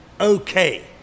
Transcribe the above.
Okay